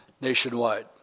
nationwide